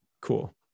cool